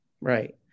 Right